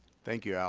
thank you, al.